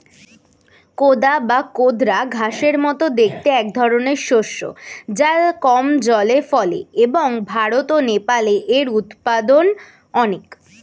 কোদা বা কোদরা ঘাসের মতো দেখতে একধরনের শস্য যা কম জলে ফলে এবং ভারত ও নেপালে এর উৎপাদন অনেক